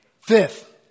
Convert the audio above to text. Fifth